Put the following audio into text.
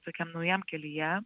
tokiam naujam kelyje